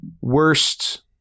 Worst